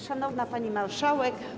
Szanowna Pani Marszałek!